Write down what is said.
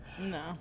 No